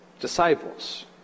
disciples